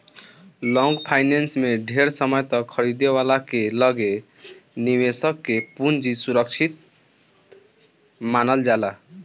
long finance में ढेर समय तक खरीदे वाला के लगे निवेशक के पूंजी सुरक्षित मानल जाला